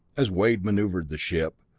as wade maneuvered the ship,